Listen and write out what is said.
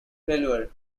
failure